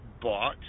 bought